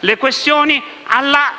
esclusivamente alla